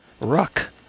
Ruck